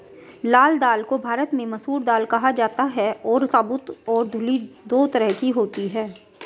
लाल दाल को भारत में मसूर दाल कहा जाता है और साबूत और धुली दो तरह की होती है